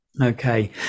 Okay